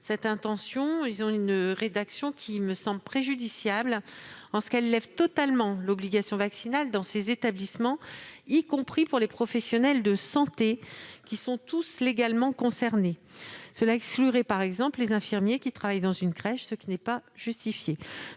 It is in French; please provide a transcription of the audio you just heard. même intention, mais leur rédaction me semble problématique en ce qu'elle lève totalement l'obligation vaccinale dans ces établissements, y compris pour les professionnels de santé, qui sont tous légalement concernés. Cela exclurait par exemple les infirmiers qui travaillent dans une crèche, ce qui n'est pas justifié.